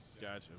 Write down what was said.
Gotcha